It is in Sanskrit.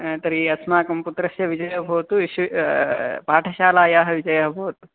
तर्हि अस्माकं पुत्रस्य विजयो भवतु विश् पाठशालायाः विजयः भवतु